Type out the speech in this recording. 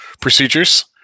procedures